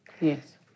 Yes